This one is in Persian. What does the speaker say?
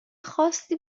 خاصی